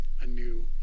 anew